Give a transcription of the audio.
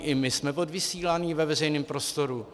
I my jsme odvysíláni ve veřejném prostoru.